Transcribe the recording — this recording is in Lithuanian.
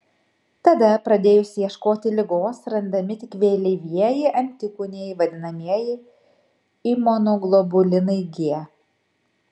tada pradėjus ieškoti ligos randami tik vėlyvieji antikūnai vadinamieji imunoglobulinai g